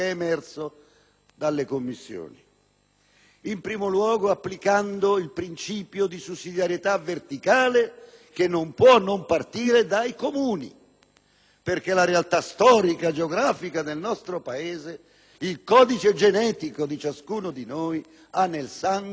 in primo luogo, applicando il principio di sussidiarietà verticale che non può non partire dai Comuni perché la realtà storica e geografica del nostro Paese e il codice genetico di ciascuno di noi ha nel sangue la comunità comunale.